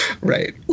right